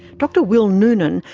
dr will noonan,